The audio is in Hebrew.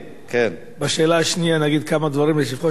בשאילתא השנייה נגיד כמה דברים לשבחו של השר,